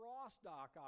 cross-dock